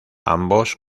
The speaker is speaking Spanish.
ambos